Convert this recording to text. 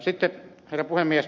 herra puhemies